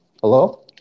Hello